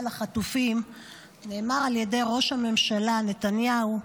לחטופים נאמר על ידי ראש הממשלה נתניהו: